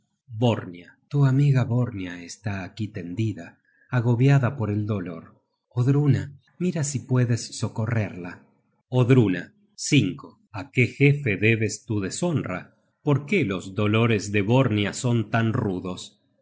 hunos borñia tu amiga borñia está aquí tendida agobiada por el dolor odruna mira si puedes socorrerla odruna a qué jefe debes tu deshonra por qué los dolores de borñia son tan rudos